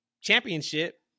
championship